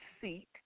seat